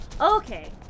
Okay